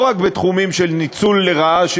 לא רק בתחומים של ניצול לרעה,